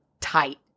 tight